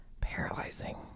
paralyzing